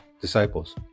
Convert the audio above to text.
disciples